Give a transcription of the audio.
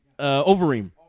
Overeem